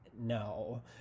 no